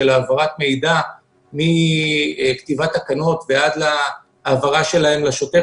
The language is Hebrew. של העברת מידע מכתיבת תקנות ועד להעברה שלהן לשוטר